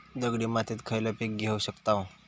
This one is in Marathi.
दगडी मातीत खयला पीक घेव शकताव?